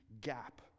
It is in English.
gap